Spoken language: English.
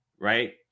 right